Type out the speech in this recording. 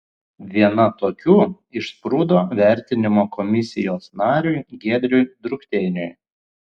viena tokių išsprūdo vertinimo komisijos nariui giedriui drukteiniui